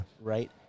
right